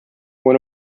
one